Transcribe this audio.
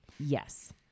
Yes